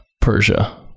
Persia